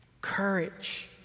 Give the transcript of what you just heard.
courage